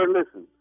listen